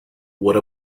what